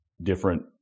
different